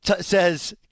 says